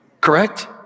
Correct